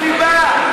ספר לנו מה הסיבה.